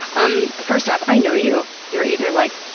um first off, i know you. you're either like,